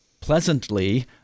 pleasantly